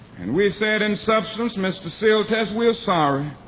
and we said in substance, mr. sealtest, we're sorry.